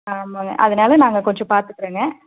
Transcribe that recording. ஆமாங்க அதனால் நாங்கள் கொஞ்சம் பார்த்துக்கறங்க